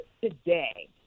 today